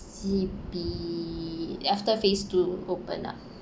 C_B after phase two open up